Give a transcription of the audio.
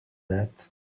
that